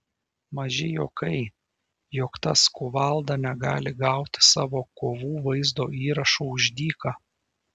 maži juokai jog tas kuvalda negali gauti savo kovų vaizdo įrašų už dyką